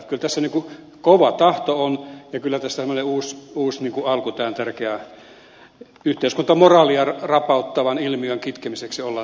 kyllä tässä kova tahto on ja kyllä tässä semmoista uutta alkua tämän tärkeän yhteiskuntamoraalia rapauttavan ilmiön kitkemiseksi ollaan tekemässä